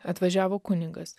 atvažiavo kunigas